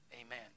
Amen